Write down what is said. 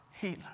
healer